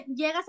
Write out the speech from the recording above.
llegas